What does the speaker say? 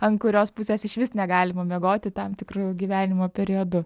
ant kurios pusės išvis negalima miegoti tam tikru gyvenimo periodu